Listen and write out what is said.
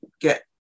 get